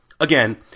Again